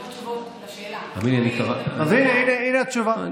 לא תשובות לשאלה, אז הינה התשובה.